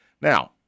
Now